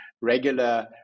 regular